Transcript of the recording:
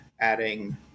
adding